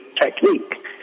technique